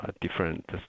different